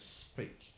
speak